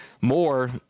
more